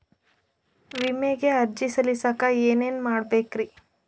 ವಿಮೆಗೆ ಅರ್ಜಿ ಸಲ್ಲಿಸಕ ಏನೇನ್ ಮಾಡ್ಬೇಕ್ರಿ?